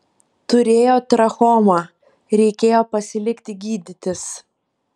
turėjo trachomą reikėjo pasilikti gydytis